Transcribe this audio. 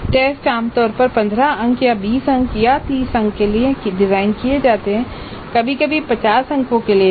test आमतौर पर 15 अंकों या 20 अंकों या 30 अंकों के लिए डिज़ाइन किए जाते हैं कभी कभी 50 अंकों के लिए भी